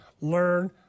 Learn